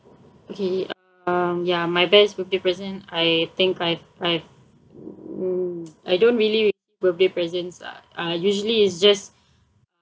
okay um ya my best birthday present I think I've I've w~ I don't really receive birthday presents lah uh usually it's just